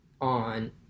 on